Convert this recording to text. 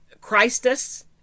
Christus